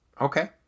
Okay